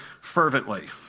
fervently